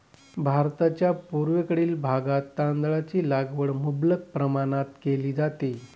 भारताच्या पूर्वेकडील भागात तांदळाची लागवड मुबलक प्रमाणात केली जाते